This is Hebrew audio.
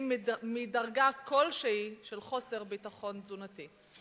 מדרגה כלשהי של חוסר ביטחון תזונתי.